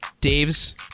Dave's